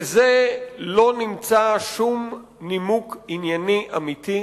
לזה לא נמצא שום נימוק ענייני אמיתי,